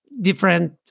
different